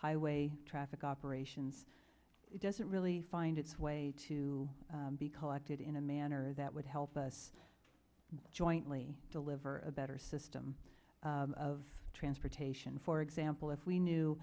highway traffic operations it doesn't really find its way to be collected in a manner that would help us jointly deliver a better system of transportation for example if we knew